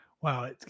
Wow